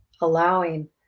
allowing